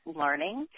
learning